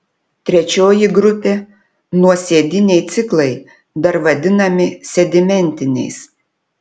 trečioji grupė nuosėdiniai ciklai dar vadinami sedimentiniais